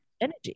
energy